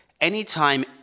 anytime